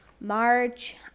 March